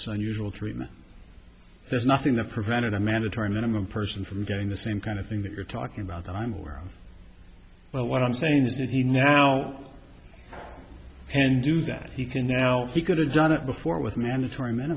this unusual treatment there's nothing that prevented a mandatory minimum person from getting the same kind of thing that you're talking about that i'm aware but what i'm saying is that he now and do that he can now he coulda done it before with mandatory m